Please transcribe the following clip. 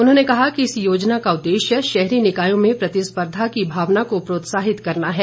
उन्होंने कहा कि इस योजना का उद्देश्य शहरी निकायों में प्रतिस्पर्धा की भावना को प्रोत्साहित करना है